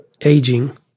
aging